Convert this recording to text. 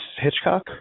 Hitchcock